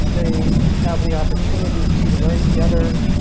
they have the opportunity to learn together,